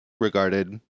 regarded